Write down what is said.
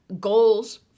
goals